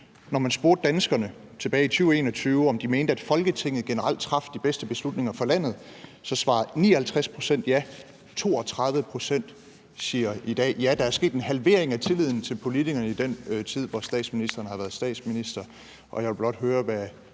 Når man spurgte danskerne tilbage i 2021, om de mente, at Folketinget generelt traf de bedste beslutninger for landet, svarede 59 pct. ja. 32 pct. siger i dag ja. Der er sket en halvering af tilliden til politikerne i den tid, hvor statsministeren har været statsminister, og jeg vil blot høre, hvad